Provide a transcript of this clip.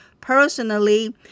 personally